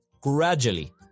gradually